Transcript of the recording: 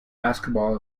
basketball